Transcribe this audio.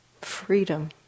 Freedom